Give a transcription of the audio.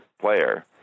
player